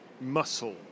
muscle